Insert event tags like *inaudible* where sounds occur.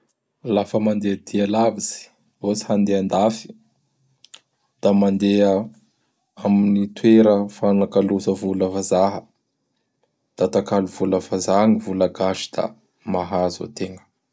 Lafa mandeha dia lavitsy. Ohatsy handeha andafy. *noise* Da mandeha amin'ny toera fagnakaloza vola vazaha. Da atakalo vola vazaha gny vola gasy da mahazo ategna.